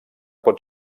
pot